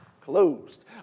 closed